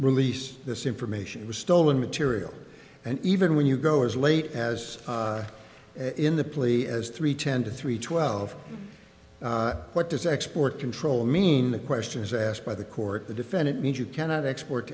release this information was stolen material and even when you go as late as in the plea as three ten to three twelve what does export control mean the question is asked by the court the defendant means you cannot export